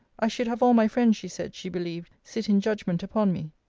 i should have all my friends, she said, she believed, sit in judgment upon me.